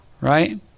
Right